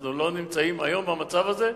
אנחנו לא נמצאים היום במצב הזה,